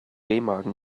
remagen